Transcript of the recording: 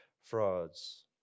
frauds